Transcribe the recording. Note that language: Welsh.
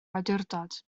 awdurdod